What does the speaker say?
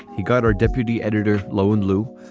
he got our deputy editor, lo and lou,